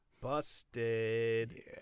Busted